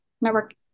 network